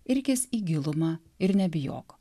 irkis į gilumą ir nebijok